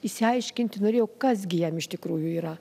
išsiaiškinti norėjau kas gi jam iš tikrųjų yra